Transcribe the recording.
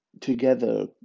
together